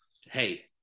hey